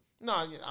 No